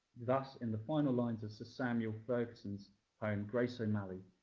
thus, in the final lines of sir samuel ferguson's poem grace o'malley,